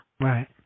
Right